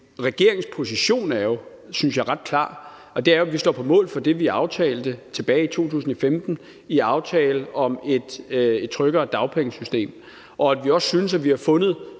regeringens position er ret klar, synes jeg, nemlig den, at vi står på mål for det, vi aftalte tilbage i 2015 i aftalen om et tryggere dagpengesystem, og at vi også synes, at vi har fundet